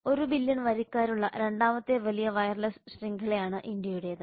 1 billion വരിക്കാരുള്ള രണ്ടാമത്തെ വലിയ വയർലെസ് ശൃംഖലയാണ് ഇന്ത്യയുടേത്